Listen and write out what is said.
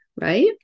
right